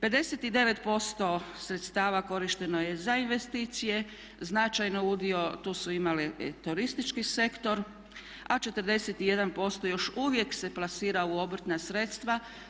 59% sredstava korišteno je za investicije, značajno udio tu su imali turistički sektor, a 41% još uvijek se plasira u obrtna sredstva.